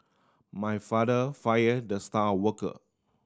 my father fire the star worker